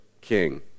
king